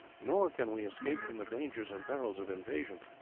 nor can we escape from the dangers and perils of invasion.